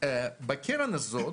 --- בקרן הזאת,